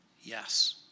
Yes